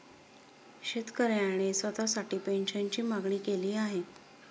शेतकऱ्याने स्वतःसाठी पेन्शनची मागणी केली आहे